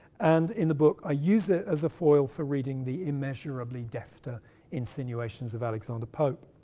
and in the book, i use it as a foil for reading the immeasurably defter insinuations of alexander pope.